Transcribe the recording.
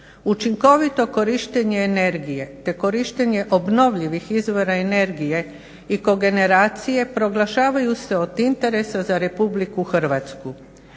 Učinkovito korištenje energije te korištenje obnovljivih izvora energije i kogeneracije proglašavaju se od interesa za RH.